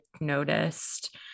noticed